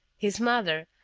his mother,